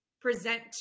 present